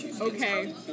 Okay